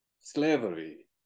slavery